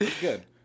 good